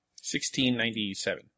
1697